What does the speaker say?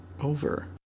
over